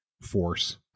force